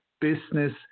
business